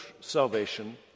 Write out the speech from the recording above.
salvation